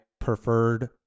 preferred